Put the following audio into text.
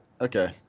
Okay